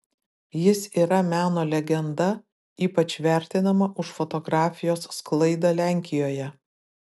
jis yra meno legenda ypač vertinama už fotografijos sklaidą lenkijoje